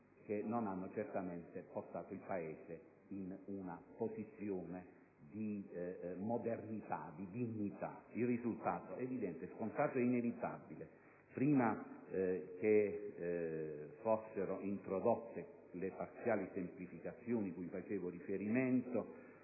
che non hanno certamente portato il Paese in una posizione di modernità e di dignità. Il risultato è evidente, scontato e inevitabile. Prima che fossero introdotte le parziali semplificazioni cui facevo riferimento,